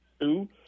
two